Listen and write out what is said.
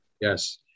Yes